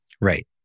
Right